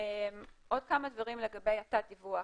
עוד כמה דברים לגבי תת דיווח,